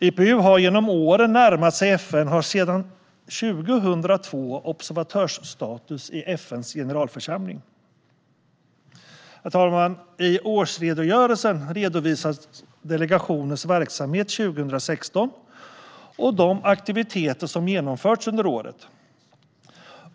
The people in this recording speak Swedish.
IPU har genom åren närmat sig FN och har sedan 2002 observatörsstatus i FN:s generalförsamling. Herr talman! I årsredogörelsen redovisas delegationens verksamhet 2016 och de aktiviteter som har genomförts under året.